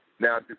Now